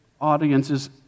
audience's